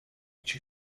each